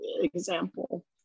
example